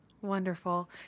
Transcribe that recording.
wonderful